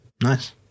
nice